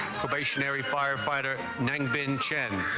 firefighter named been chen